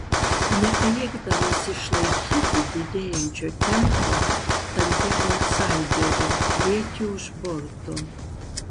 nepajėgdamas išlaikyti didėjančio tempo tampi autsaideriu lieki už borto